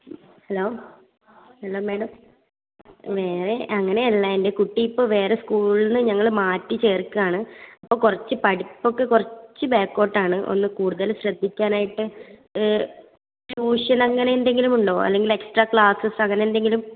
hello hello madam വേറെ അങ്ങനെയല്ല എൻ്റെ കുട്ടി ഇപ്പോൾ വേറെ സ്കൂളിൽ നിന്ന് ഞങ്ങൾ മാറ്റി ചേർക്കുകയാണ് അപ്പോൾ പഠിപ്പൊക്കെ കുറച്ചു ബാക്കോട്ടാണ് ഒന്ന് കൂടുതൽ ശ്രദ്ധിക്കാനായിട്ട് ട്യൂഷൻ അങ്ങനെ എന്തെങ്കിലും ഉണ്ടോ അല്ലെങ്കിൽ എക്സ്ട്രാ ക്ലാസസ്സ് അങ്ങനെ എന്തെങ്കിലും